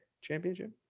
Championship